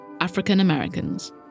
African-Americans